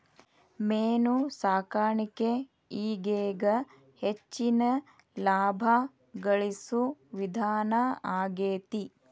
main ಸಾಕಾಣಿಕೆ ಈಗೇಗ ಹೆಚ್ಚಿನ ಲಾಭಾ ಗಳಸು ವಿಧಾನಾ ಆಗೆತಿ